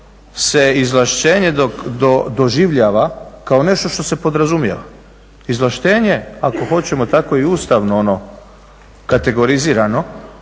se izvlašćenje doživljava kao nešto što se podrazumijeva. Izvlaštenje ako hoćemo tako i ustavno ono kategorizirano